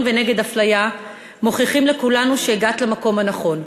ונגד אפליה מוכיחים לכולנו שהגעת למקום הנכון.